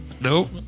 Nope